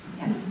Yes